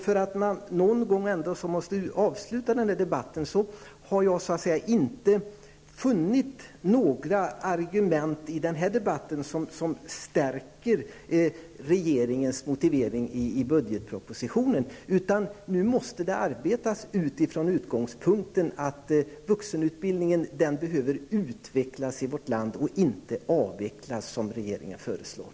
För att sammanfatta denna debatt vill jag säga att jag inte har funnit några argument i den som stärker regeringens motivering i budgetpropositionen, utan nu måste det arbetas från utgångspunkten att vuxenutbildningen behöver utvecklas i vårt land, inte avvecklas, som regeringen föreslår.